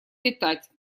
летать